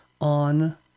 on